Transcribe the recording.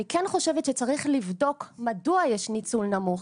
אני כן חושבת שצריך לבדוק מדוע יש ניצול נמוך.